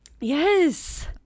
Yes